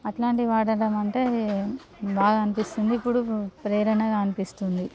అలాంటివి వాడడం అంటే బాగా అనిపిస్తుంది ఇప్పుడు ప్రేరణగా అనిపిస్తుంది